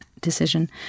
decision